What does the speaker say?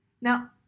Now